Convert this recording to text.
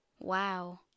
Wow